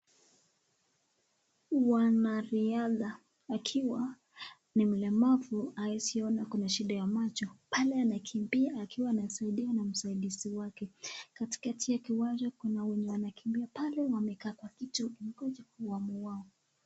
wanariadha akiwa ni mlemavu hawezi ona ako na shida ya macho. Pale anakimbia akiwa anasaidiwa na msaidizi wake. Katikati ya kiwanja kuna wenye wanakimbia pale wamekaa kwa kiti wakingoja awamu wao